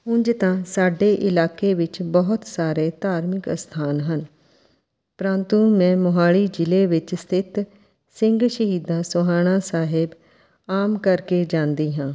ਉਝ ਤਾਂ ਸਾਡੇ ਇਲਾਕੇ ਵਿੱਚ ਬਹੁਤ ਸਾਰੇ ਧਾਰਮਿਕ ਅਸਥਾਨ ਹਨ ਪ੍ਰੰਤੂ ਮੈਂ ਮੋਹਾਲੀ ਜ਼ਿਲ੍ਹੇ ਵਿੱਚ ਸਥਿਤ ਸਿੰਘ ਸ਼ਹੀਦਾਂ ਸੋਹਾਣਾ ਸਾਹਿਬ ਆਮ ਕਰਕੇ ਜਾਂਦੀ ਹਾਂ